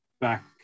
back